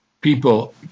People